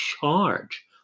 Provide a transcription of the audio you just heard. charge